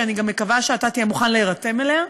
ואני גם מקווה שאתה תהיה מוכן להירתם אליה,